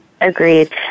Agreed